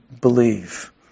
believe